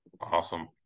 awesome